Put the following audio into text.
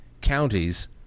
counties